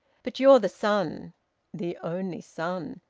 but you're the son the only son!